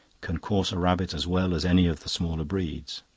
can course a rabbit as well as any of the smaller breeds.